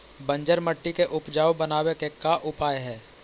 बंजर मट्टी के उपजाऊ बनाबे के का उपाय है?